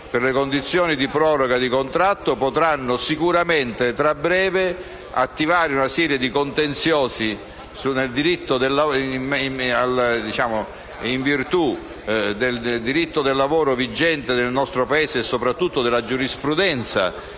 per le condizioni di proroga e di rinnovo dei contratti, a breve potranno sicuramente attivare una serie di contenziosi in virtù del diritto del lavoro vigente nel nostro Paese, e soprattutto della giurisprudenza